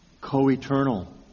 co-eternal